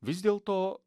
vis dėlto